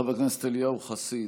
חבר הכנסת אליהו חסיד,